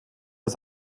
als